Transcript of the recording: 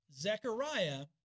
Zechariah